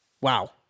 Wow